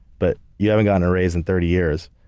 but you haven't gotten a raise in thirty years.